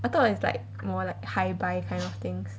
I thought is like more like hi bye kind of things